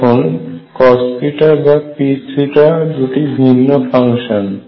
এখন cos বং P দুটি ভিন্ন ফাংশন